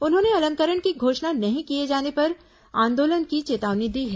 उन्होंने अलंकरण की घोषणा नहीं किए जाने पर आंदोलन की चेतावनी दी है